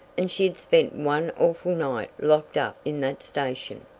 and she had spent one awful night locked up in that station!